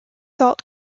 salt